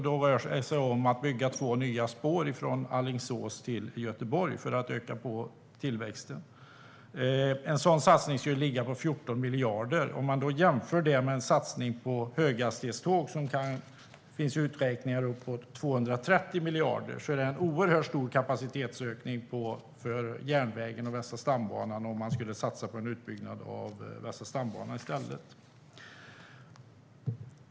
Det rör sig om att bygga två nya spår från Alingsås till Göteborg för att öka tillväxten. En sådan satsning skulle ligga på 14 miljarder. Om man jämför detta med en satsning på höghastighetståg, där det finns uträkningar på uppåt 230 miljarder, är det en oerhört stor kapacitetsökning för järnvägen och Västra stambanan om man skulle satsa på en utbyggnad av denna i stället.